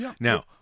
Now